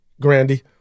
Grandy